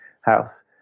house